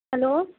hello